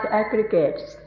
aggregates